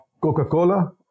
Coca-Cola